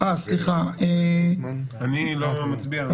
לא מצביע.